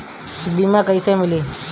बीमा कैसे मिली?